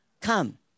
come